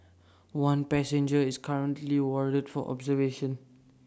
one passenger is currently warded for observation